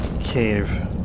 cave